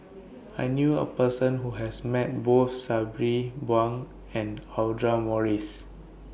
I knew A Person Who has Met Both Sabri Buang and Audra Morrice